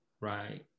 right